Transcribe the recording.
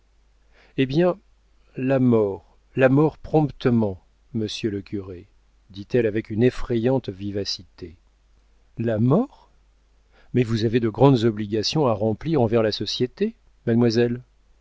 eh bien la mort la mort promptement monsieur le curé dit-elle avec une effrayante vivacité la mort mais vous avez de grandes obligations à remplir envers la société mademoiselle